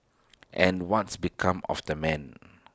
and what's became of the man